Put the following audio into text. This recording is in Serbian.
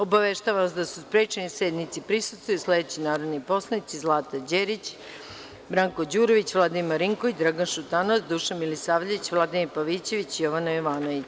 Obaveštavam vas da su sprečeni sednici da prisustvuju sledeći narodni poslanici Zlata Đerić, Branko Đurović, Vladimir Marinković, Dragan Šutanovac, Dušan Milisavljević, Vladimir Pavićević, Jovana Jovanović.